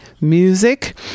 music